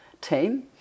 team